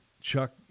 Chuck